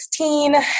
2016